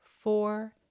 four